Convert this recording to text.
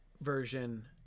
version